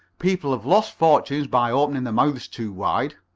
people have lost fortunes by opening their mouths too wide.